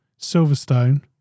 Silverstone